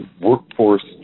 workforce